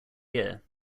year